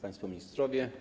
Państwo Ministrowie!